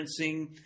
referencing